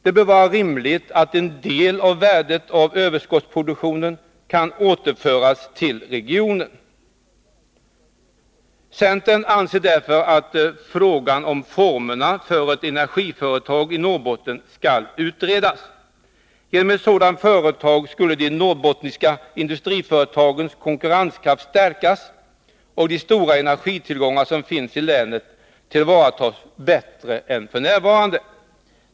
Det bör vara rimligt att en del av värdet på överskottsproduktionen kan återföras till regionen. Centern anser därför att frågan om formerna för ett energiföretag i Norrbotten skall utredas. Genom ett sådant företag skulle de norrbottniska industriföretagens konkurrenskraft stärkas och de stora energitillgångar som finns i länet tillvaratas bättre än f. n.